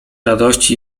radości